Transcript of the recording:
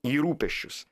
į rūpesčius